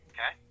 Okay